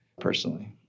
personally